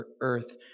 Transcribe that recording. earth